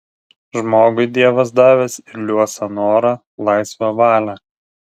žmogui dievas davęs ir liuosą norą laisvą valią